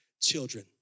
children